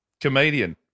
Comedian